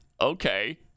Okay